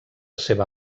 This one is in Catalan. seva